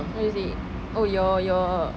what is it oh your your